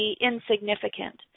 insignificant